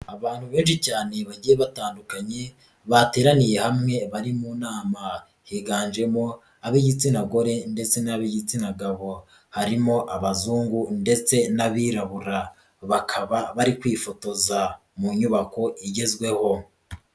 Abantu benshi cyane bagiye batandukanye bateraniye hamwe bari mu nama, higanjemo ab'igitsina gore ndetse n'ab'igitsina gabo, harimo abazungu ndetse n'abirabura, bakaba bari kwifotoza mu nyubako igezweho.